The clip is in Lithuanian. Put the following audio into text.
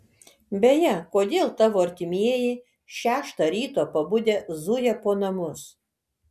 beje kodėl tavo artimieji šeštą ryto pabudę zuja po namus